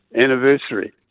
anniversary